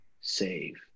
save